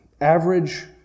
average